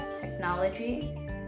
technology